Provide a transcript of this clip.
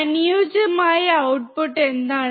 അനുയോജ്യമായ ഔട്ട്പുട്ട് എന്താണ്